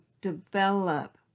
develop